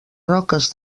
roques